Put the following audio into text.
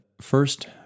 first